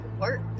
work